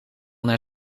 naar